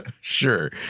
Sure